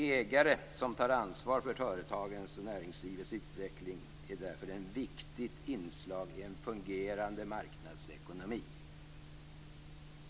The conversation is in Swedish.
Ägare som tar ansvar för företagens och näringslivets utveckling är därför ett viktigt inslag i en fungerande marknadsekonomi.